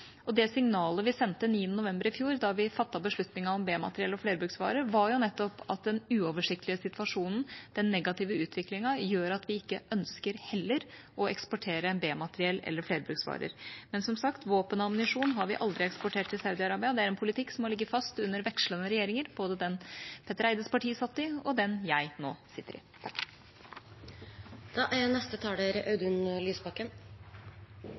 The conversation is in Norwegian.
Det signalet vi sendte den 9. november i fjor, da vi fattet beslutningen om B-materiell og flerbruksvarer, var nettopp at den uoversiktlige situasjonen og den negative utviklingen gjør at vi heller ikke ønsker å eksportere B-materiell eller flerbruksvarer. Men som sagt: Våpen og ammunisjon har vi aldri eksportert til Saudi-Arabia. Det er en politikk som må ligge fast under vekslende regjeringer, både den Petter Eides parti satt i, og den jeg nå sitter i. En kan diskutere hva som er